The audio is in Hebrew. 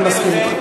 אני מסכים אתך.